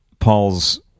paul's